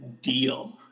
deal